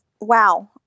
wow